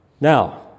Now